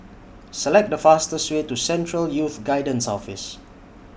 Select The fastest Way to Central Youth Guidance Office